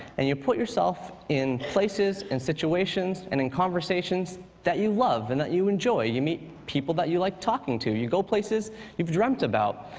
and you put yourself in places and situations and in conversations that you love and that you enjoy. you meet people that you like talking to. you go places you've dreamt about.